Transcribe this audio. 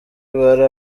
bari